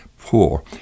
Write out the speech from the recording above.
poor